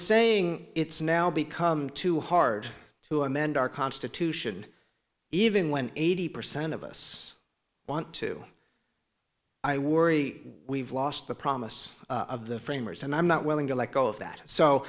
saying it's now become too hard to amend our constitution even when eighty percent of us want to i worry we've lost the promise of the framers and i'm not willing to let go of that so